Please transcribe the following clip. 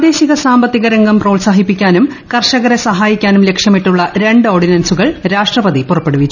പ്രാദേശിക സാമ്പത്തിക പ്രോത്സാഹിപ്പിക്കാനും കർഷകരെ സഹായിക്കാനും ലക്ഷ്യമിട്ടുള്ള് രണ്ട് ഓർഡിനൻറസുകൾ രാഷ്ട്രപതി പുറപ്പെടുവിച്ചു